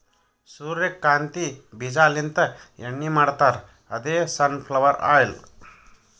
ಸೂರ್ಯಕಾಂತಿ ಬೀಜಾಲಿಂತ್ ಎಣ್ಣಿ ಮಾಡ್ತಾರ್ ಅದೇ ಸನ್ ಫ್ಲವರ್ ಆಯಿಲ್